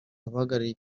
abahagarariye